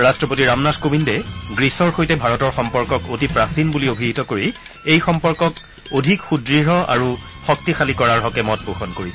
ৰাষ্ট্ৰপতি ৰামনাথ কোবিন্দে গ্ৰীচৰ সৈতে ভাৰতৰ সম্পৰ্কক অতি প্ৰাচীন বুলি অভিহিত কৰি এই সম্পৰ্কক অধিক সুদৃঢ় আৰু শক্তিশালী কৰাৰ হকে মত পোষণ কৰিছে